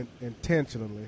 intentionally